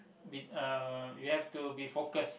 been uh you have to be focused